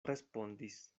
respondis